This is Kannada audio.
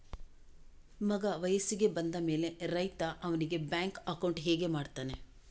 ಮಗ ವಯಸ್ಸಿಗೆ ಬಂದ ಮೇಲೆ ರೈತ ಅವನಿಗೆ ಬ್ಯಾಂಕ್ ಅಕೌಂಟ್ ಹೇಗೆ ಮಾಡ್ತಾನೆ?